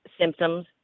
symptoms